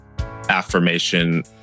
affirmation